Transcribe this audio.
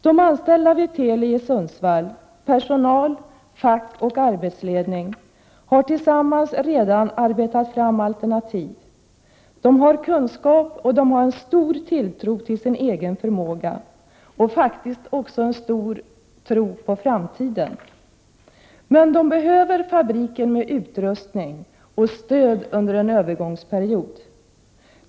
De anställda vid Teli i Sundsvall — personal, fack och arbetsledning — har tillsammans arbetat fram alternativ. De har kunskap, stor tilltro till sin egen förmåga och faktiskt också tro på framtiden. Men de behöver fabriken med utrustning och stöd under en övergångsperiod.